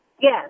Yes